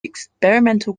experimental